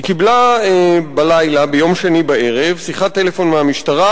היא קיבלה ביום שני בלילה שיחת טלפון מהמשטרה,